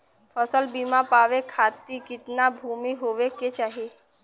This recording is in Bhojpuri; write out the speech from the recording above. फ़सल बीमा पावे खाती कितना भूमि होवे के चाही?